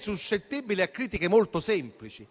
suscettibili di critiche molto semplici.